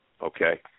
Okay